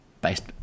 based